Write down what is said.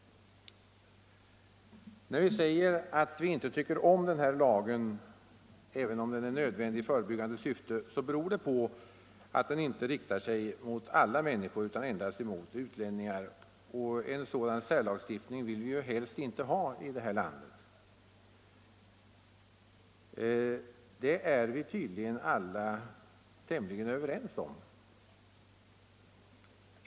När vi säger att vi inte tycker om den här lagen, trots att den är nödvändig i förebyggande syfte, beror det på att den inte riktar sig mot alla människor utan endast mot utlänningar. En sådan särlagstiftning 33 vill vi helst inte ha i det här landet; det är tydligen alla tämligen överens om.